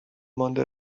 مانده